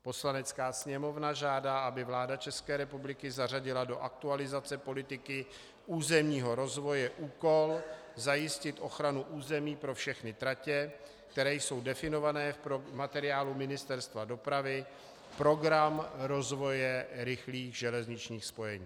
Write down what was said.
Poslanecká sněmovna žádá, aby vláda ČR zařadila do aktualizace Politiky územního rozvoje úkol zajistit ochranu území pro všechny tratě, které jsou definované v materiálu Ministerstva dopravy Program rozvoje rychlých železničních spojení.